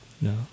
no